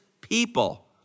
people